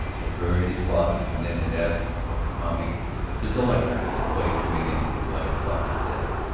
had buried his father and then had asked of the county his election to the place made empty by his father's death.